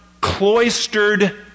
cloistered